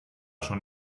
schon